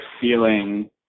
feeling